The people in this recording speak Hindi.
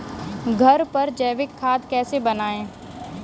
घर पर जैविक खाद कैसे बनाएँ?